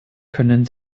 können